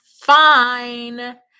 fine